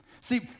See